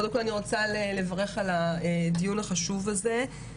קודם כל אני רוצה לברך על הדיון החשוב הזה.